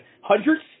Hundreds